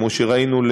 כפי שראינו,